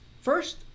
first